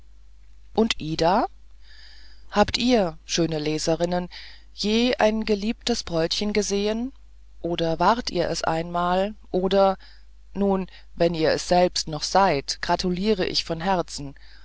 und ida habt ihr meine schönen leserinnen je ein geliebtes bräutchen gesehen oder waret ihr es einmal oder nun wenn ihr es selbst noch seid gratuliere ich von herzen nun